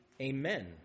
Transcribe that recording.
amen